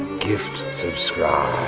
gift subscribe.